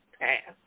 past